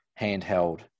handheld